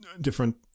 different